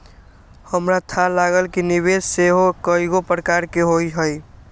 हमरा थाह लागल कि निवेश सेहो कएगो प्रकार के होइ छइ